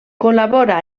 col·labora